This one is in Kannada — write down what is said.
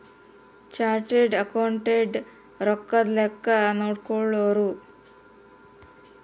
ಚಾರ್ಟರ್ಡ್ ಅಕೌಂಟೆಂಟ್ ರೊಕ್ಕದ್ ಲೆಕ್ಕ ನೋಡ್ಕೊಳೋರು